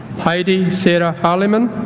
heidi sarah harliman